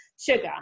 sugar